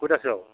खयथासोआव